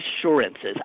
assurances